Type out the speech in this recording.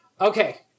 Okay